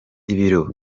ibiro